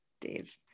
Dave